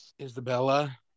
Isabella